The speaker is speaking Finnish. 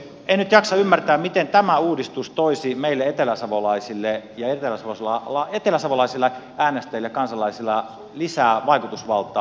en nyt jaksa ymmärtää miten tämä uudistus toisi meille eteläsavolaisille äänestäjille ja kansalaisille lisää vaikutusvaltaa